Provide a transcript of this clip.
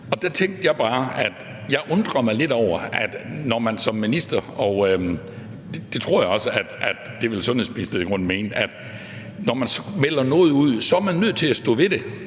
Der tænkte jeg bare, at når man som minister – og det tror jeg også at sundhedsministeren i grunden vil mene – melder noget ud, så er man nødt til at stå ved det.